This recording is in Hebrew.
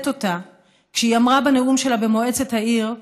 הגיע הזמן שנצטט אותה כשהיא אמרה בנאום שלה במועצת העיר: